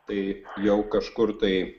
tai jau kažkur tai